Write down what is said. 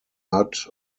hat